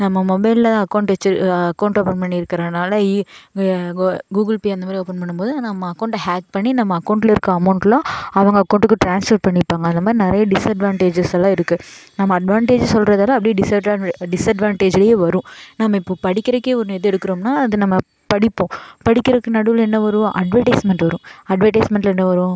நம்ம மொபைலில் அக்கௌண்ட் வெச்சு அக்கௌண்ட் ஓப்பன் பண்ணி இருக்கிறனால இ கோ கூகுள் பே அந்த மாதிரி ஓப்பன் பண்ணும் போது நம்ம அக்கௌண்ட்டை ஹாக் பண்ணி நம்ம அக்கௌண்ட்டில் இருக்கற அமௌண்ட்டெல்லாம் அவங்க அக்கௌண்ட்டுக்கு ட்ரான்ஸ்ஃபர் பண்ணிப்பாங்க அந்த மாதிரி நிறைய டிஸ்அட்வான்டேஜ்ஐஸ் எல்லாம் இருக்குது நம்ம அட்வான்டேஜ்ஜு சொல்கிறதோட அப்படியே டிஸ்அட்வான்ட் டிஸ்அட்வான்டேஜ்லேயும் வரும் நம்ம இப்போது படிக்கிறக்கே ஒன்று இது எடுக்கிறோம்னா அது நம்ம படிப்போம் படிக்கிறதுக்கு நடுவில் என்ன வரும் அட்வர்டைஸ்மெண்ட் வரும் அட்வர்டைஸ்மெண்ட்டில் என்ன வரும்